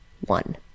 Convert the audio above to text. one